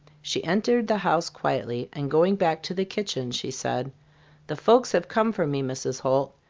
she entered the house quietly and going back to the kitchen she said the folks have come for me, mrs. holt.